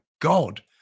God